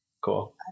cool